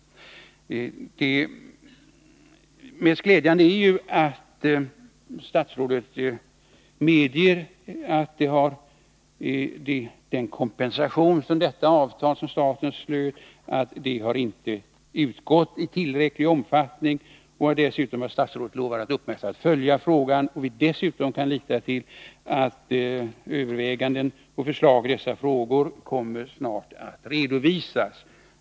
Mycket glädjande är att statsrådet medger att kompensation enligt det avtal som staten slöt inte har utgått i tillräcklig omfattning och att statsrådet dessutom lovar att uppmärksamt följa frågan. Det framgår ju också av svaret att vi kan räkna med att överväganden och förslag i dessa frågor snart kommer att redovisas.